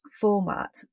format